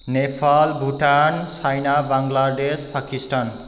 Nepal Bhutan China Bangladesh Pakistan